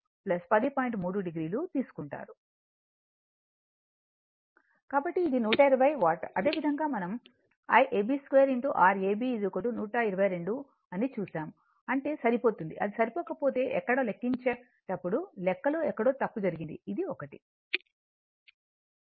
కాబట్టి ఇది 120 వాట్ అదేవిధంగా మనం Iab 2 R ab 122 R ని చూశాము అంటే సరిపోతుంది అది సరిపోకపోతే ఎక్కడో లెక్కించేటప్పుడు లెక్కలో ఎక్కడో తప్పు జరిగింది ఇది 1